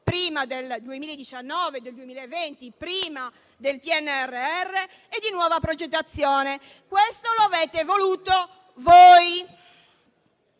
prima del 2019, del 2020, prima del PNRR, e di nuova progettazione. Questo lo avete voluto voi.